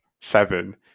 seven